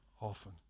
often